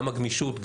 גם הגמישות,